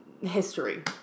history